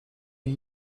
این